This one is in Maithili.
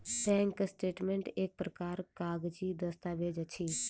बैंक स्टेटमेंट एक प्रकारक कागजी दस्तावेज अछि